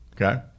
Okay